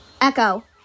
Echo